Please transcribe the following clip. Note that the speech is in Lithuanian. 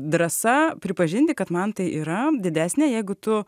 drąsa pripažinti kad man tai yra didesnė jeigu tu